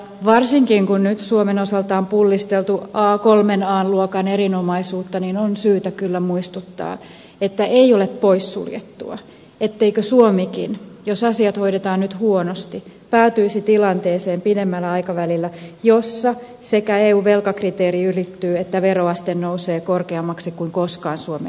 varsinkin kun nyt suomen osalta on pullisteltu kolmen an luokan erinomaisuutta niin on syytä kyllä muistuttaa että ei ole poissuljettua etteikö suomikin jos asiat hoidetaan nyt huonosti päätyisi pidemmällä aikavälillä tilanteeseen jossa sekä eun velkakriteeri ylittyy että veroaste nousee korkeammaksi kuin koskaan suomen historiassa